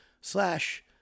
slash